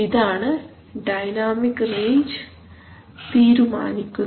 ഇതാണ് dynamic range തീരുമാനിക്കുന്നത്